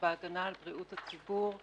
בהגנה על בריאות הציבור,